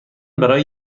برای